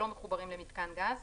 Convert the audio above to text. שלא מחוברים למיתקן גז,